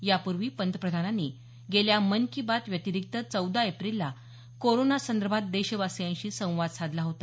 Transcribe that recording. यापूर्वी पंतप्रधानांनी गेल्या मन की बात व्यतिरिक्त चौदा एप्रिलला कोरोनासंदर्भात देशवासियांशी संवाद साधला होता